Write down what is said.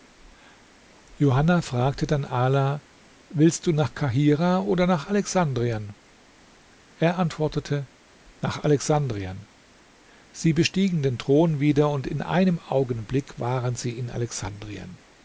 johanna fragte dann ala willst du nach kahirah oder nach alexandrien er antwortete nach alexandrien sie bestiegen den thron wieder und in einem augenblick waren sie in alexandrien